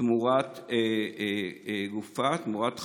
תמורת גופה, תמורת חלל,